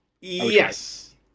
Yes